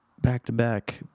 back-to-back